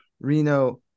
Reno